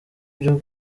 byo